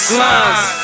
lines